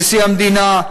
נשיא המדינה,